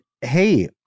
hey